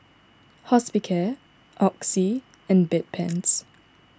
Hospicare Oxy and Bedpans